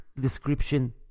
description